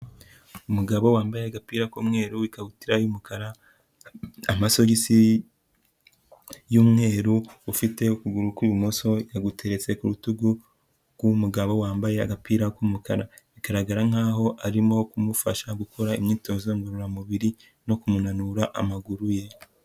Umugabo wambaye agapira k'umweru, ikabutura y'umukara, amasogisi y'umweru ufite ukuguru kw'ibumoso yaguteretse ku rutugu rw'uwo mugabo wambaye agapira k'umukara, bigaragara nkaho arimo kumufasha gukora imyitozo ngororamubiri no kumunura amaguru ye.